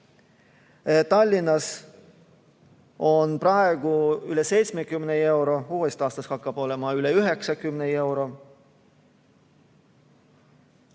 Tallinnas on praegu üle 70 euro, uuest aastast hakkab olema üle 90 euro.